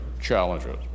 challenges